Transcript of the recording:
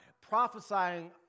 prophesying